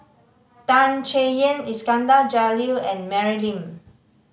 Tan Chay Yan Iskandar Jalil and Mary Lim